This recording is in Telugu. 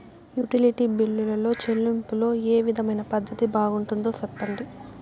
యుటిలిటీ బిల్లులో చెల్లింపులో ఏ విధమైన పద్దతి బాగుంటుందో సెప్పండి?